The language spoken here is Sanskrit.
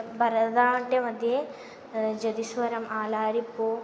भरतनाट्यमध्ये जतिस्वरम् आलारिप्पू